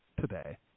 today